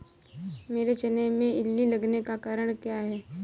मेरे चने में इल्ली लगने का कारण क्या है?